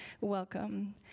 Welcome